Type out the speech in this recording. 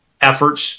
efforts